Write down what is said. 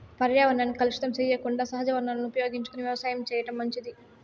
పర్యావరణాన్ని కలుషితం సెయ్యకుండా సహజ వనరులను ఉపయోగించుకొని వ్యవసాయం చేయటం మంచిది